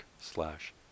slash